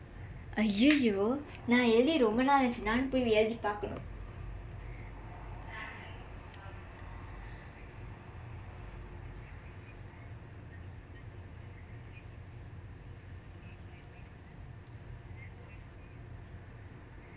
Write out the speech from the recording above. ஐய்யயோ நான் எழுதி ரொம்ப நாள் ஆச்சு நானும் போய் எழுதி பார்க்கனும்:aiyyayoo naan ezhuthi rompa naal aachsu naanum pooi ezhuthi paarkkanum